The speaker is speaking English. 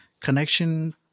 connection